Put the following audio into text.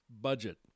budget